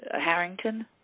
Harrington